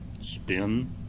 spin